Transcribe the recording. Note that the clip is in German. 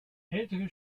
ältere